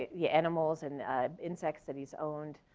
the animals and insects that he's owned.